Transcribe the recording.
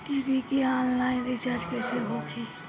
TV के online recharge कैसे होखी?